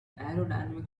aerodynamic